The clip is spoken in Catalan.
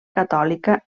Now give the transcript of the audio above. catòlica